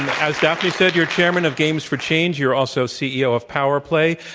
as daphne said, you're chairman of games for change. you're also ceo of power play,